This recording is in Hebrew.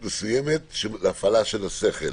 להפעלה של השכל.